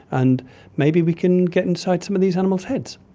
and maybe we can get inside some of these animals' heads.